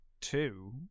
two